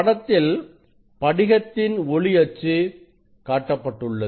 படத்தில் படிகத்தின் ஒளி அச்சு காட்டப்பட்டுள்ளது